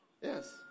Yes